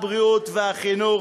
הבריאות והחינוך,